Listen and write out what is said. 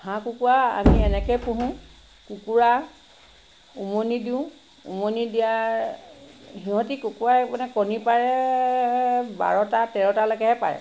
হাঁহ কুকুৰা আমি এনেকৈ পোহোঁ কুকুৰা উমনি দিওঁ উমনি দিয়াৰ সিহঁতে কুকুৰাই মানে কণী পাৰে বাৰটা তেৰটালৈকেহে পাৰে